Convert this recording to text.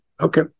Okay